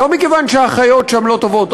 לא מכיוון שהאחיות שם לא טובות,